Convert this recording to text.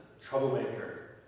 troublemaker